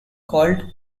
called